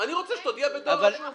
אני רוצה שתודיע בדואר רשום.